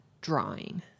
drawing